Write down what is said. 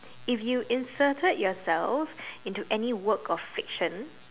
if you inserted yourself into any work of fiction